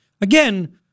again